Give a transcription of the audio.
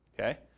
Okay